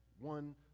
One